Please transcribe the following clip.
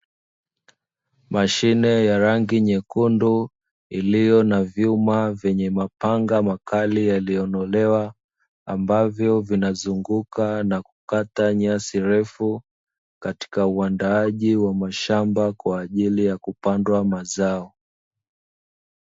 Mashine ya rangi nyekundu iliyo na vyuma vyenye mapanga makali yaliyonolewa, ambavyo vinazunguka na kukata nyasi refu, katika uandaaji wa mashamba kwa ajili ya kupandwa mazao.